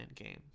games